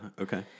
Okay